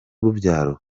urubyaro